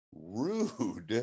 rude